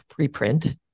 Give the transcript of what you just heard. preprint